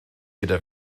gyda